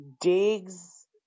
digs